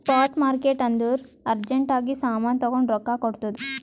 spot market ಅಂದುರ್ urgent ಆಗಿ ಸಾಮಾನ್ ತಗೊಂಡು ರೊಕ್ಕಾ ಕೊಡ್ತುದ್